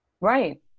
Right